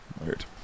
Weird